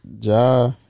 Ja